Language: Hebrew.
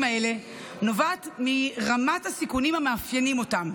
האלה נובעת מרמת הסיכונים המאפיינים אותם,